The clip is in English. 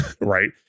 right